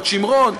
את שמרון,